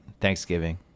Thanksgiving